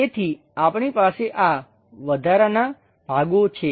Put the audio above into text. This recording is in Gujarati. તેથી આપણી પાસે આ વધારાનાં ભાગો છે